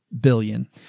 billion